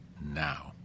now